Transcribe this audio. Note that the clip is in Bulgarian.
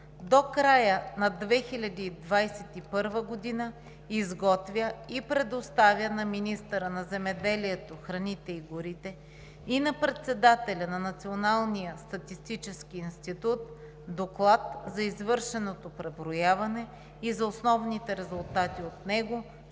до края на 2021 г. изготвя и представя на министъра на земеделието, храните и горите и на председателя на Националния статистически институт доклад за извършеното преброяване и за основните резултати от него, с което